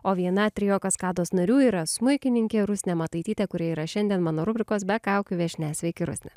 o viena trio kaskados narių yra smuikininkė rusnė mataitytė kuri yra šiandien mano rubrikos be kaukių viešnia sveiki rusne